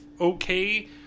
okay